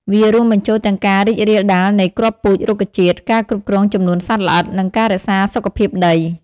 វារួមបញ្ចូលទាំងការរីករាលដាលនៃគ្រាប់ពូជរុក្ខជាតិ ការគ្រប់គ្រងចំនួនសត្វល្អិត និងការរក្សាសុខភាពដី។